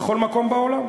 בכל מקום בעולם.